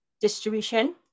distribution